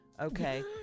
Okay